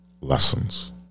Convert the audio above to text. lessons